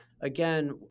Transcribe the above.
again